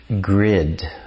grid